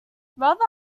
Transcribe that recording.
rather